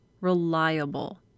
reliable